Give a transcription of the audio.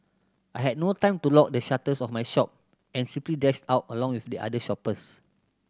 I had no time to lock the shutters of my shop and simply dashed out along with the other shoppers